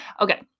Okay